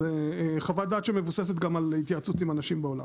זה חוות דעת שמבוססת גם על התייעצות עם אנשים בעולם.